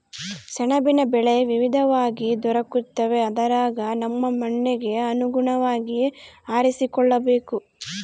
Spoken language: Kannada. ಸೆಣಬಿನ ಬೆಳೆ ವಿವಿಧವಾಗಿ ದೊರಕುತ್ತವೆ ಅದರಗ ನಮ್ಮ ಮಣ್ಣಿಗೆ ಅನುಗುಣವಾಗಿ ಆರಿಸಿಕೊಳ್ಳಬೇಕು